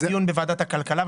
היה דיון בוועדת הכלכלה,